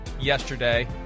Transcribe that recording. yesterday